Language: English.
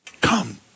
Come